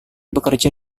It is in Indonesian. bekerja